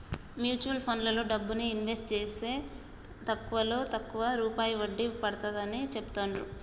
mutual ఫండ్లలో డబ్బుని invest జేస్తే తక్కువలో తక్కువ రూపాయి వడ్డీ వస్తాడని చెబుతాండ్రు